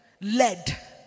led